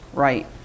Right